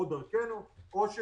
או דרכנו או,